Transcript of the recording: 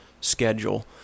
schedule